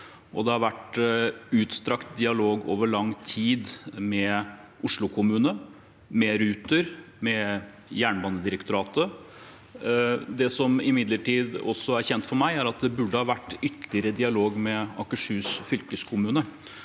det har vært utstrakt dialog over lang tid med Oslo kommune, med Ruter og med Jernbanedirektoratet. Det som imidlertid også er kjent for meg, er at det burde ha vært ytterligere dialog med Akershus fylkeskommune.